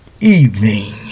evening